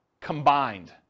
combined